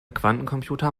quantencomputer